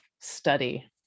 study